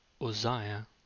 Uzziah